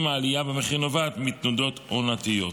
אם העלייה במחיר נובעת מתנודות עונתיות.